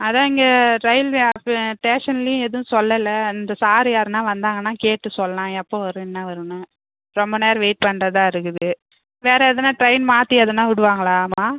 அதுதான் இங்கே railway office ஸ்டேஷன்லியும் எதுவும் சொல்லலை இந்த சார் யாருன்னால் வந்தாங்கன்னால் கேட்டு சொல்லலாம் எப்போ வரும் என்னா வருன்னு ரொம்ப நேரம் வெய்ட் பண்றதா இருக்குது வேறு ஏதனா ட்ரெயின் மாற்றி எதனா விடுவாங்களாம்மா